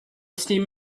steam